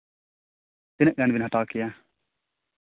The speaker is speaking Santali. ᱛᱤᱱᱟᱹᱜ ᱜᱟᱱ ᱵᱮᱱ ᱦᱟᱛᱟᱣ ᱠᱮᱭᱟ